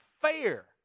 fair